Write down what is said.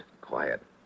Quiet